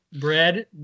bread